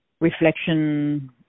Reflection